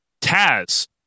Taz